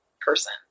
person